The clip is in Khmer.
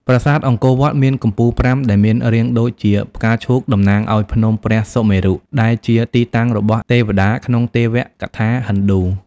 ប្រាសាទអង្គរវត្ត មាន កំពូលប្រាំ ដែលមានរាងដូចជាផ្កាឈូកតំណាងឲ្យ ភ្នំព្រះសុមេរុ ដែលជាទីតាំងរបស់ទេវតាក្នុងទេវកថាហិណ្ឌូ។